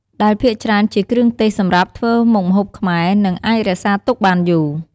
ដែលភាគច្រើនជាគ្រឿងទេសសម្រាប់ធ្វើមុខម្ហួបខ្មែរ និងអាចរក្សាទុកបានយូរ។